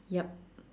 yup